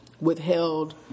withheld